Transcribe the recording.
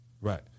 Right